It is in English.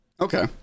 Okay